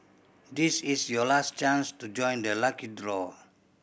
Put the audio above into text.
this is your last chance to join the lucky draw